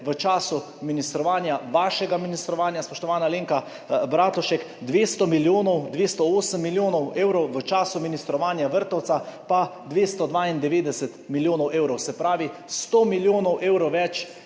v času ministrovanja, vašega ministrovanja spoštovana Alenka Bratušek, 208 milijonov evrov, v času ministrovanja Vrtovca pa 292 milijonov evrov, se pravi 100 milijonov evrov več